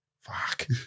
Fuck